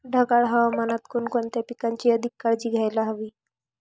ढगाळ हवामानात कोणकोणत्या पिकांची अधिक काळजी घ्यायला हवी?